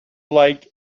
like